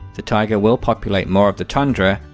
the taiga will populate more of the tundra,